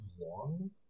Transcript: long